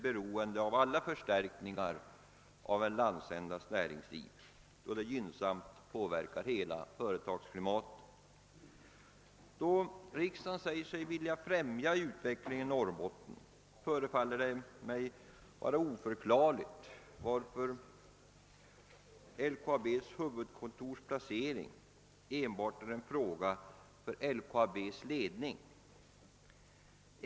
Med hänsyn till att riksdagen anger sig vilja främja utvecklingen till Norrbotten förefaller det mig vara oförklarligt att LKAB:s huvudkontors placering enbart skulle vara en fråga för LKAB:s ledning.